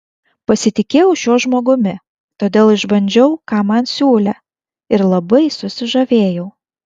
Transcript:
pasitikėjau šiuo žmogumi todėl išbandžiau ką man siūlė ir labai susižavėjau